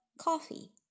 coffee